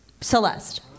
Celeste